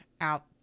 out